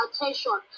attention